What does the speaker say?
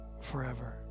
forever